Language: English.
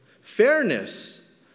Fairness